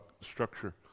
structure